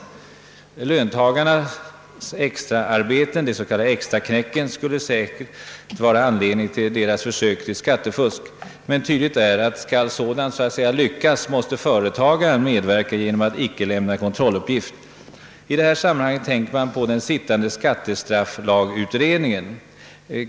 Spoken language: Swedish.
Löntagarnas extraarbeten, de s.k. extraknäcken, skulle särskilt vara anledning till deras försök till skattefusk. Men tydligt är att skall sådant så att säga lyckas måste företagaren medverka genom att icke lämna kontrolluppgift. I det här sammanhanget tänker man på den sittande skattestrafflagutredningen.